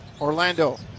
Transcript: Orlando